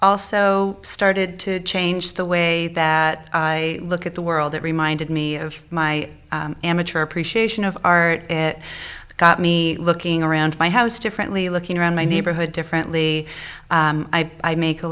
also started to change the way that i look at the world it reminded me of my amateur appreciation of art it got me looking around my house differently looking around my neighborhood differently i make a